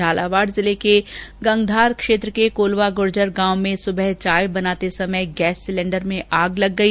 झालावाड जिले के गंगधार क्षेत्र के कोल्वा गुर्जर गांव में सुबह चाय बनाते समय गैस सिलेण्डर में आग लग गई